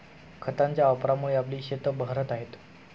खतांच्या वापरामुळे आपली शेतं बहरत आहेत